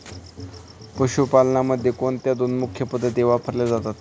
पशुपालनामध्ये कोणत्या दोन मुख्य पद्धती वापरल्या जातात?